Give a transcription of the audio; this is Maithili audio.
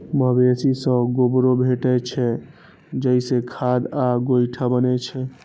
मवेशी सं गोबरो भेटै छै, जइसे खाद आ गोइठा बनै छै